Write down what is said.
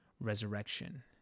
resurrection